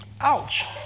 Ouch